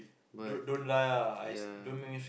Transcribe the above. but ya